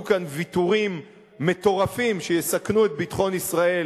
כאן ויתורים מטורפים שיסכנו את ביטחון ישראל,